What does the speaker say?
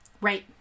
Right